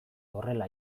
horrela